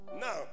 now